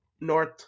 north